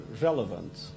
relevant